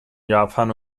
japan